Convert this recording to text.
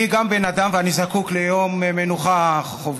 אני גם בן אדם ואני זקוק ליום מנוחה שבועי,